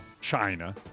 China